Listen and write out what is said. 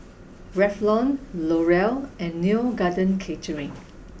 Revlon L'Oreal and Neo Garden Catering